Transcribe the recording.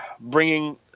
bringing